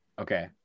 Okay